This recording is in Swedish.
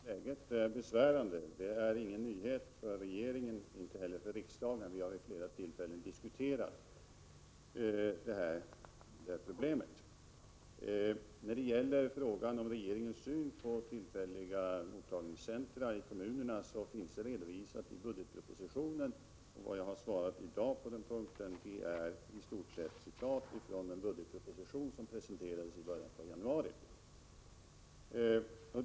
Herr talman! Att läget är besvärande är ingen nyhet för regeringen och inte heller för riksdagen. Vi har vid flera tillfällen diskuterat de här problemen. Regeringens syn på tillfälliga mottagningscentra i kommunerna finns redovisad i budgetpropositionen. Vad jag har svarat i dag på den punkten utgörs i stort sett av ett citat från budgetpropositionen som presenterades i början av januari.